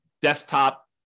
desktop